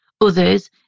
others